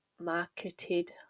marketed